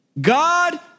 God